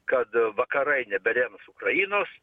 kad vakarai neberems ukrainos